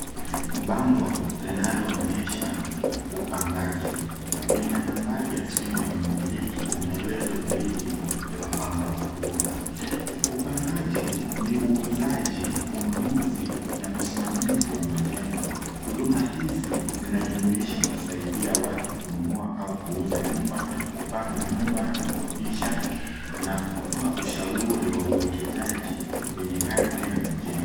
Bango linaloonyesha upangaji. Lina nambari ya simu ya mmiliki na maelezo zaidi ya upangaji huo. Upangaji ni uuzaji, ununuzi na usimamizi wa majengo. Huduma hizi zinajumuisha kusaidia watu kununua au kuuza nyumba, kupanga nyumba na kukodisha na kutoa ushauri wa uwekezaji kwenye ardhi na majengo.